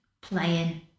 playing